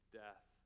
death